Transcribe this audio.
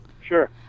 Sure